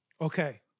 Okay